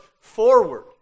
forward